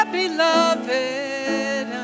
beloved